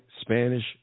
Spanish